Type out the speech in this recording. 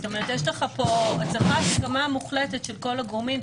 יש פה הסכמה מוחלטת של כל הגורמים.